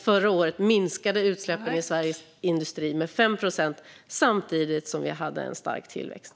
Förra året minskade utsläppen i Sveriges industri med 5 procent, samtidigt som vi hade en stark tillväxt.